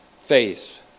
Faith